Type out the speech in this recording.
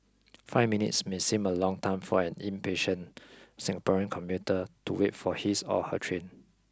five minutes may seem a long time for an impatient Singaporean commuter to wait for his or her train